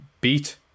beat